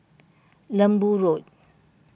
Lembu Road